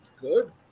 Good